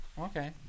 Okay